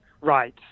Right